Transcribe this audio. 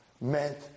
meant